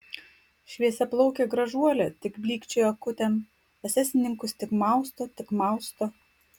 šviesiaplaukė gražuolė tik blykčioja akutėm esesininkus tik mausto tik mausto